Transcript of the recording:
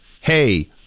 hey